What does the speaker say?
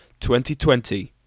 2020